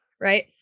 right